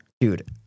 Dude